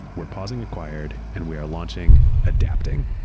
we're pausing acquired and we are launching, adapting.